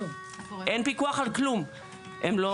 אין פיקוח על כלום, הם לא